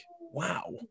wow